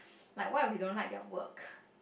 like what if we don't like their work